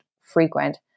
frequent